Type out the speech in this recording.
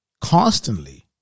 Constantly